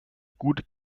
gut